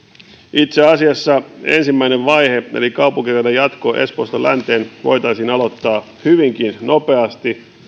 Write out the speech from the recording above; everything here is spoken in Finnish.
itse asiassa ensimmäinen vaihe eli kaupunkiradan jatko espoosta länteen voitaisiin aloittaa hyvinkin nopeasti